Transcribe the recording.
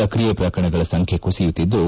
ಸ್ಕ್ರಿಯ ಪ್ರಕರಣಗಳ ಸಂಖ್ಯೆ ಕುಸಿಯುತ್ತಿದ್ಲು